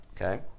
Okay